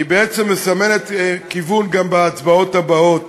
בעצם מסמנת כיוון גם בהצבעות הבאות.